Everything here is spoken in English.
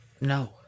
No